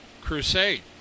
crusade